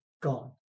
gone